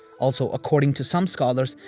also, according to some scholars,